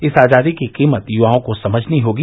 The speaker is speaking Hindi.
इस आजादी की कीमत युवाओं को समझनी होगी